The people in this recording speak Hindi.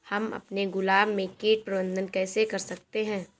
हम अपने गुलाब में कीट प्रबंधन कैसे कर सकते है?